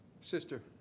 sister